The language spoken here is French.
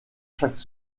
chaque